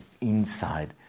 inside